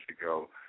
ago